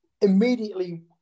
Immediately